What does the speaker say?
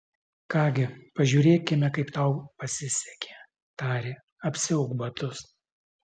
ką gi pažiūrėkime kaip tau pasisekė tarė apsiauk batus